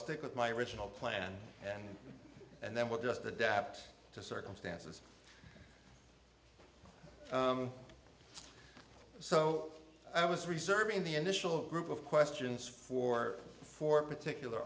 stick with my original plan and and then what just adapt to circumstances so i was reserving the initial group of questions for four particular